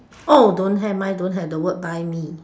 oh don't have mine don't have the word buy me